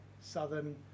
southern